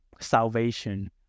salvation